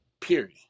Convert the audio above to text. period